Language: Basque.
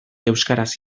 euskaraz